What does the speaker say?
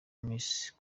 miss